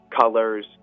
colors